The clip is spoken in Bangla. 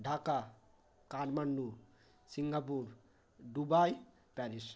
Dhaka Kathmandu Singapore Dubai Paris